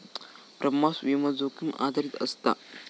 प्रवास विमो, जोखीम आधारित असता